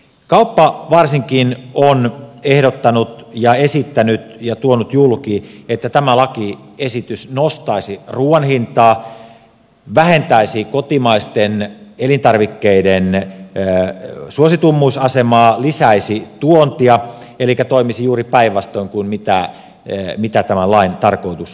kauppa varsinkin on ehdottanut ja esittänyt ja tuonut julki että tämä lakiesitys nostaisi ruuan hintaa vähentäisi kotimaisten elintarvikkeiden suosituimmuusasemaa lisäisi tuontia elikkä toimisi juuri päinvastoin kuin mikä tämän lain tarkoitus on